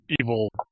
evil